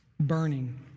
burning